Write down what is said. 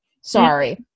Sorry